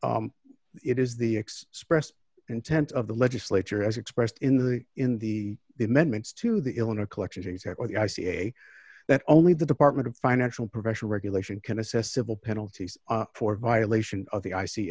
it is the expressed intent of the legislature as expressed in the in the the amendments to the illinois collection or the i c a that only the department of financial professional regulation can assess civil penalties for violation of the i